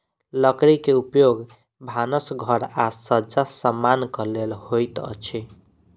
लकड़ी के उपयोग भानस घर आ सज्जा समानक लेल होइत अछि